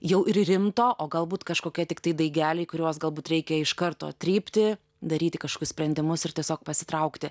jau ir rimto o galbūt kažkokie tiktai daigeliai kuriuos galbūt reikia iš karto trypti daryti kažkokius sprendimus ir tiesiog pasitraukti